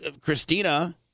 Christina